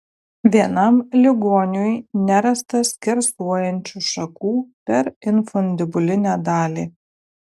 vienam ligoniui nerasta skersuojančių šakų per infundibulinę dalį